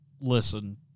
Listen